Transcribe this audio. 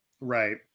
right